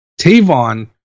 Tavon